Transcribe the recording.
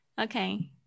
Okay